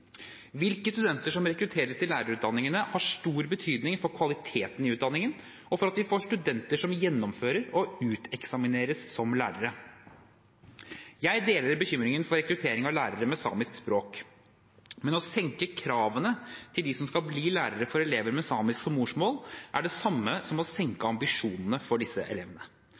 Hvilke studenter som rekrutteres til lærerutdanningene, har stor betydning for kvaliteten i utdanningen og for at vi får studenter som gjennomfører og uteksamineres som lærere. Jeg deler bekymringen for rekruttering av lærere med samisk språk, men å senke kravene til dem som skal bli lærere for elever med samisk som morsmål, er det samme som å senke ambisjonene for disse elevene.